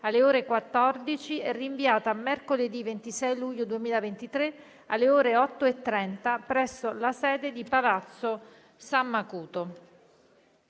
alle ore 14, è rinviata a mercoledì 26 luglio 2023, alle ore 8,30, presso la sede di Palazzo San Macuto.